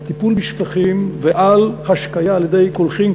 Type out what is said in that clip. על טיפול בשפכים ועל השקיה על-ידי קולחין,